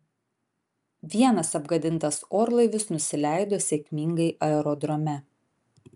vienas apgadintas orlaivis nusileido sėkmingai aerodrome